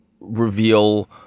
reveal